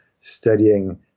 studying